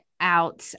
out